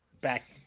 back